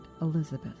Elizabeth